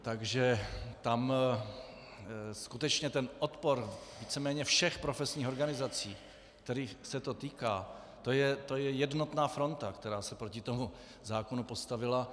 Takže tam skutečně ten odpor víceméně všech profesních organizací, kterých se to týká, to je jednotná fronta, která se proti tomu zákonu postavila.